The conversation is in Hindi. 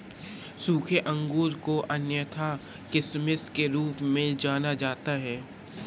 सूखे अंगूर को अन्यथा किशमिश के रूप में जाना जाता है